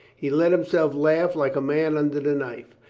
he let himself laugh like a man under the knife.